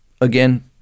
again